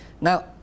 Now